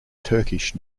turkish